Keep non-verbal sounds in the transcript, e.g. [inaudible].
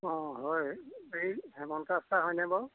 অ হয় এই হেমন্ত [unintelligible] হয়নে বাৰু